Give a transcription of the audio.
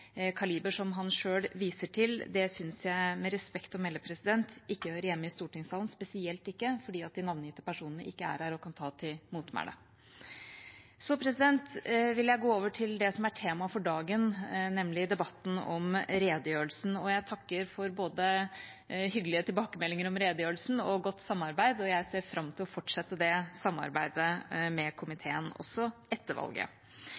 kaliber som det han selv viser til, syns jeg med respekt å melde ikke hører hjemme i stortingssalen, spesielt ikke fordi de navngitte personene ikke er her og kan ta til motmæle. Så vil jeg gå over til det som er tema for dagen, nemlig debatten om redegjørelsen. Jeg takker for både hyggelige tilbakemeldinger om redegjørelsen og godt samarbeid, og jeg ser fram til å fortsette det samarbeidet med komiteen også etter valget.